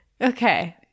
okay